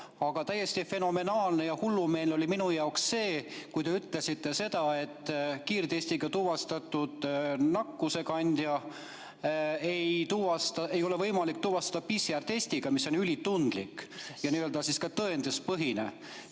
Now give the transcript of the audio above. Aga täiesti fenomenaalne ja hullumeelne oli minu jaoks see, kui te ütlesite, et kiirtestiga tuvastatud nakkusekandjat ei ole võimalik tuvastada PCR‑testiga, mis on ülitundlik ja n‑ö ka tõenduspõhine.